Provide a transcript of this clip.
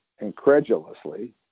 incredulously